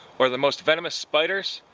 or the most venomous spiders.